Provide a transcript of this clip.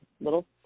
little